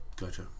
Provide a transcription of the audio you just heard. Gotcha